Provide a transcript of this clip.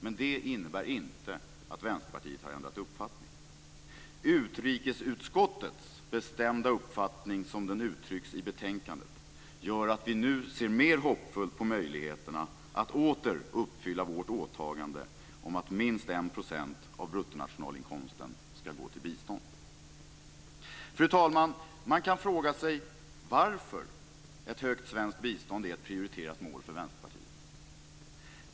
Men det innebär inte att Vänsterpartiet har ändrat uppfattning. Utrikesutskottets bestämda uppfattning, som den uttrycks i betänkandet, gör att vi nu ser mer hoppfullt på möjligheterna att åter uppfylla vårt åtagande att minst 1 % av bruttonationalinkomsten ska gå till bistånd. Fru talman! Man kan fråga sig varför ett högt svenskt bistånd är ett prioriterat mål för Vänsterpartiet.